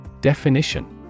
Definition